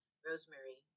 Rosemary